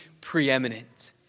preeminent